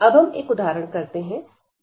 अब हम एक उदाहरण करते हैं